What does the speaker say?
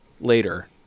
later